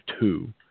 two